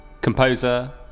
composer